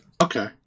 okay